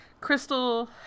Crystal